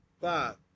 five